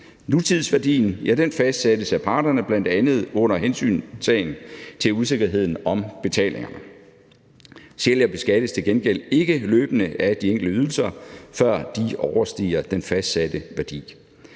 Nutidsværdien fastsættes af parterne, bl.a. under hensyntagen til usikkerheden om betalingerne. Sælger beskattes til gengæld ikke løbende af de enkelte ydelser, før de overstiger den fastsatte værdi.